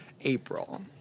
April